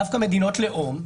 דווקא מדינות לאום,